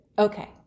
Okay